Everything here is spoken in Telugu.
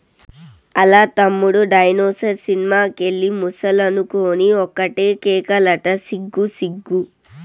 ఆల్ల తమ్ముడు డైనోసార్ సినిమా కెళ్ళి ముసలనుకొని ఒకటే కేకలంట సిగ్గు సిగ్గు